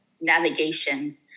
navigation